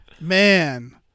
man